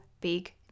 big